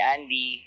Andy